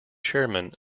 chairman